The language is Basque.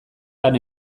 lan